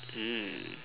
mm